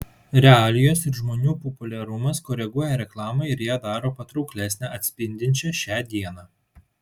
realijos ir žmonių populiarumas koreguoja reklamą ir ją daro patrauklesnę atspindinčią šią dieną